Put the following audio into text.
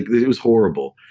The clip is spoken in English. it was horrible.